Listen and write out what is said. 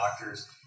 doctors